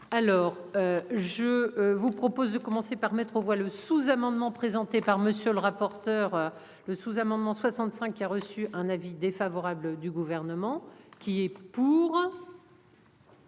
Alors je vous propose de commencer par mettre aux voix le sous-amendement présenté par monsieur le rapporteur. Le sous-, amendement 65, qui a reçu un avis défavorable du gouvernement. Qui est pour.